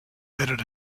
added